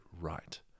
right